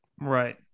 Right